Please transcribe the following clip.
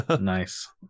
Nice